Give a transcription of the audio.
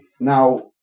Now